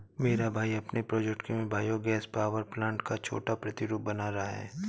मेरा भाई अपने प्रोजेक्ट में बायो गैस पावर प्लांट का छोटा प्रतिरूप बना रहा है